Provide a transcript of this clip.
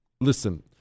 Listen